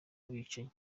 abicanyi